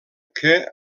que